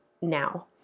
Now